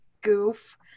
goof